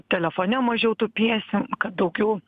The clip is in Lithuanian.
telefone mažiau tupėsim kad daugiau